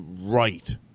right